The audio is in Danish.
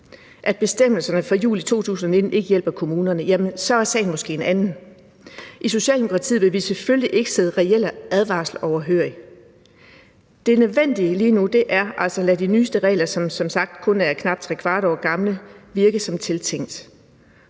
at bestemmelserne fra juli 2019 ikke hjælper kommunerne, jamen så er sagen måske en anden. I Socialdemokratiet vil vi selvfølgelig ikke sidde reelle advarsler overhørig. Det nødvendige lige nu er altså at lade de nyeste regler, som kun som sagt er knap trekvart år gamle, virke som tiltænkt.